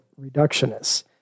reductionists